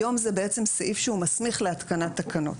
היום זה סעיף שהוא מסמיך להתקנת תקנות,